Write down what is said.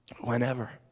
whenever